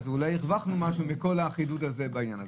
אז אולי הרווחנו משהו מכל החידוד בעניין הזה.